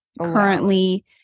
currently